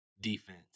defense